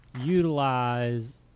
utilize